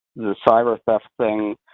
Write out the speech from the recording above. the cyber theft thing.